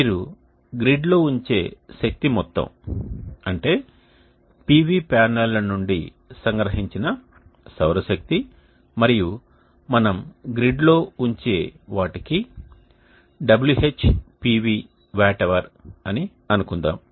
మీరు గ్రిడ్లో ఉంచే శక్తి మొత్తం అంటే PV ప్యానెల్ల నుండి సంగ్రహించబడిన సౌరశక్తి మరియు మనం గ్రిడ్లో ఉంచే వాటికి WHPV వాట్ అవర్ అని అనుకుందాం